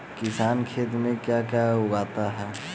किसान खेत में क्या क्या उगाता है?